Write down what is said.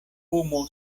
fumo